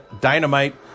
dynamite